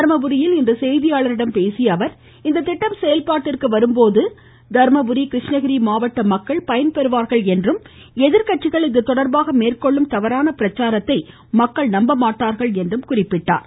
தர்மபுரியில் இன்று செய்தியாளர்களிடம் பேசிய அவர் இந்த திட்டம் செயல்பாட்டிற்கு வரும்பொழுது தர்மபுரி கிருஷ்ணகிரி மாவட்ட மக்கள் பயன்பெறுவார்கள் என்றும் எதிர்க்கட்சிகள் இதுதொடர்பாக மேற்கொள்ளும் தவறான பிரச்சாரத்தை மக்கள் நம்பமாட்டார்கள் என்றும் குறிப்பிட்டார்